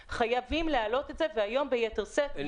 אני רוצה להעלות שתי נקודות חשובות.